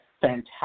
fantastic